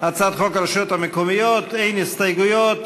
"הצעת חוק הרשויות המקומיות" אין הסתייגויות.